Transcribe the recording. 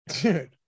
Dude